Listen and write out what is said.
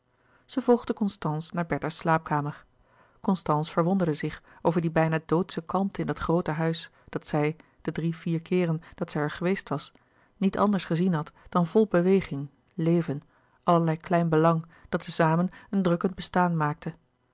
zij volgde constance naar bertha's slaapkamer constance verwonderde zich over die bijna doodsche kalmte in dat groote huis dat zij de drie vier keeren die zij er geweest was niet anders gezien had dan vol beweging leven allerlei klein belang dat te zamen een drukkend bestaan maakte